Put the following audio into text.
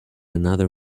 another